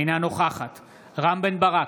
אינה נוכחת רם בן ברק,